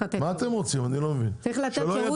אתם רוצים שלא יהיה דואר?